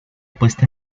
puesta